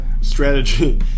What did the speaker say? strategy